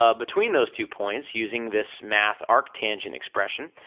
ah between those two points, using this math arc tangent expression,